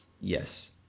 Yes